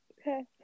Okay